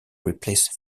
replace